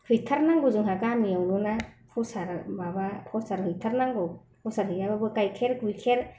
हैथारनांगौ जोंहा गामियावनोना फ्रसाद माबा फ्रसाद हैथारनांगौ फ्रसाद हैयाब्लाबो गायखेर गुयखेर